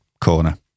corner